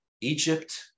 Egypt